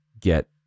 get